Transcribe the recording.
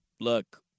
look